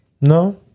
no